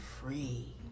free